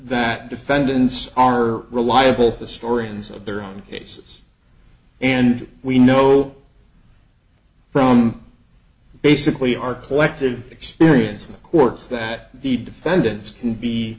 that defendants are reliable historians of their own cases and we know from basically our collective experience in the courts that the defendants can be